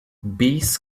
bees